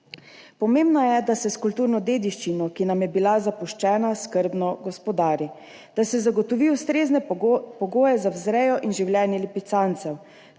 Pomembno je, da se s kulturno dediščino, ki nam je bila zapuščena, skrbno gospodari, da se zagotovi ustrezne pogoje za vzrejo in življenje lipicancev